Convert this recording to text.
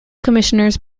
commissioners